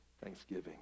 thanksgiving